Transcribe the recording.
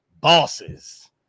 bosses